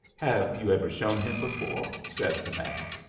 have you ever shown him before? says the man.